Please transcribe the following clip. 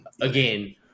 Again